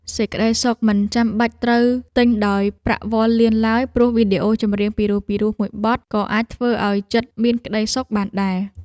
សេចក្តីសុខមិនចាំបាច់ត្រូវទិញដោយប្រាក់វាល់លានឡើយព្រោះវីដេអូចម្រៀងពីរោះៗមួយបទក៏អាចធ្វើឱ្យចិត្តមានក្ដីសុខបានដែរ។